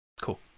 Cool